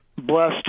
blessed